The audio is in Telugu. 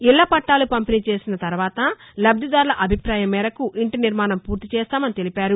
ఇళ్ల పట్టాలు పంపిణీ చేసిన తర్వాత లబ్దిదారుల అభిప్రాయం మేరకు ఇంటి నిర్మాణం పూర్తి చేస్తామని తెలిపారు